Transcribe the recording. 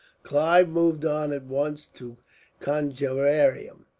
clive moved on at once to conjeveram,